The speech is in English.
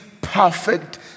perfect